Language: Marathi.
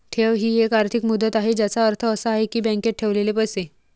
ठेव ही एक आर्थिक मुदत आहे ज्याचा अर्थ असा आहे की बँकेत ठेवलेले पैसे